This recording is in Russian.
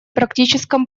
практическом